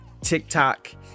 TikTok